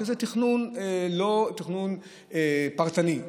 שזה לא תכנון פרטני,